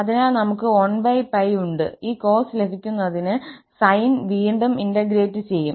അതിനാൽ നമുക് 1𝜋 ഉണ്ട് ഈ കോസ് ലഭിക്കുന്നതിന് സൈൻ വീണ്ടും ഇന്റഗ്രേറ്റ് ചെയ്യും